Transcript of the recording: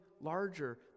larger